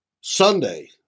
Sunday